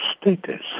status